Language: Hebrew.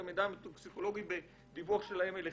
המידע הטוקסיקולוגי במידע שלהם אליכם?